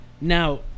Now